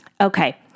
Okay